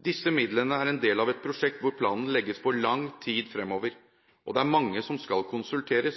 Disse midlene er en del av et prosjekt hvor planen legges for lang tid fremover, og det er mange som skal konsulteres.